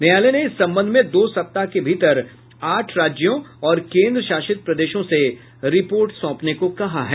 न्यायालय ने इस संबंध में दो सप्ताह के भीतर आठ राज्यों और केन्द्र शासित प्रदेशों से रिपोर्ट सौंपने को कहा है